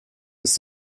bis